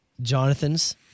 Jonathan's